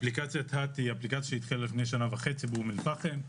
אפליקציית האאט התחילה לפני שנה וחצי באום אל פחם.